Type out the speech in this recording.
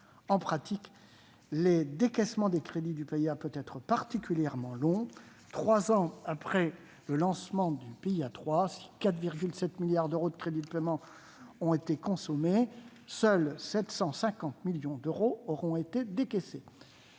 En pratique, le décaissement des crédits du PIA peut être particulièrement long : trois ans après le lancement du PIA 3, si 4,7 milliards d'euros de crédits de paiement ont été consommés, seuls 750 millions d'euros ont été décaissés.